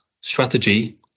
strategy